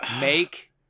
make